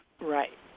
Right